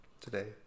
today